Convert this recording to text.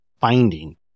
finding